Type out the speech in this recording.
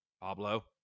Pablo